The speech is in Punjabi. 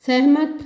ਸਹਿਮਤ